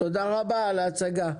תודה רבה על ההצגה.